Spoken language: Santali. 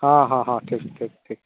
ᱦᱮᱸ ᱦᱮᱸ ᱦᱮᱸ ᱴᱷᱤᱠ ᱴᱷᱤᱠ ᱴᱷᱤᱠ